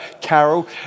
carol